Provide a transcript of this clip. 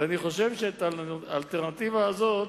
ואני חושב שאת האלטרנטיבה הזאת